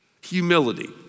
humility